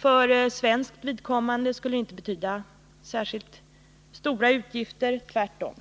För svenskt vidkommande skulle det inte betyda särskilt stora utgifter, tvärtom.